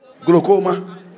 glaucoma